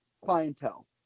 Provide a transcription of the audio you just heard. clientele